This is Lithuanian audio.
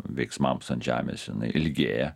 veiksmams ant žemės jinai ilgėja